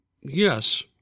Yes